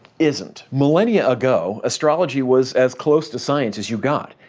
isn't. millennia ago, astrology was as close to science as you got.